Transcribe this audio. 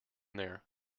there